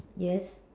yes